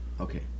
Okay